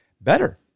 better